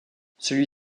celui